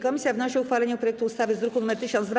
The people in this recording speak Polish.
Komisja wnosi o uchwalenie projektu ustawy z druku nr 1002.